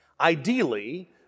Ideally